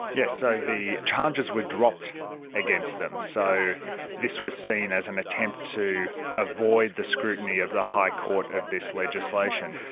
yes, so the charges were dropped against them. so this was seen as an attempt to avoid the scrutiny of the high court of this legislation.